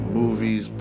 movies